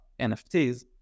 NFTs